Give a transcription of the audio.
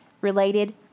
related